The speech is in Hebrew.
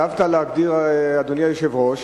היטבת להגדיר, אדוני היושב-ראש.